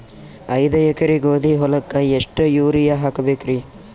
ಐದ ಎಕರಿ ಗೋಧಿ ಹೊಲಕ್ಕ ಎಷ್ಟ ಯೂರಿಯಹಾಕಬೆಕ್ರಿ?